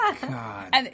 God